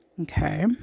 Okay